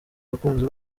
abakunzi